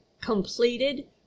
completed